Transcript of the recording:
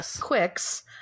Quicks